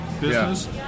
business